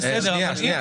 בסדר,